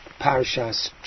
Parashas